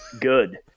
good